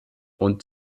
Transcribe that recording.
und